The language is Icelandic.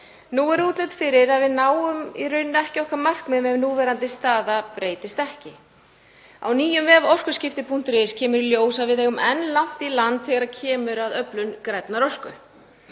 Nú er útlit fyrir að við náum í rauninni ekki okkar markmiðum ef núverandi staða breytist ekki. Á nýjum vef, orkuskipti.is, kemur í ljós að við eigum enn langt í land þegar kemur að öflun grænnar orku.